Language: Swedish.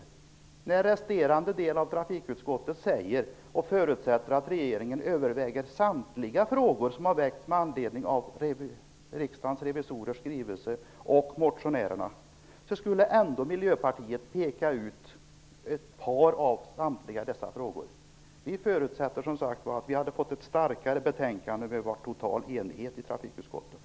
Trots att den resterande delen av trafikutskottet sade att man förutsätter att regeringen överväger samtliga frågor som har väckts med anledning av motionärerna och Riksdagens revisorers skrivelse pekade Miljöpartiet ut ett par av alla dessa frågor. Vi hade fått ett starkare betänkande om det rått total enighet i trafikutskottet.